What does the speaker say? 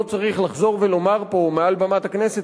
לא צריך לחזור ולומר פה מעל במת הכנסת,